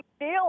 deal